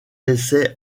essai